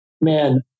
man